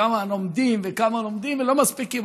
כמה לומדים וכמה לומדים ולא מספיקים,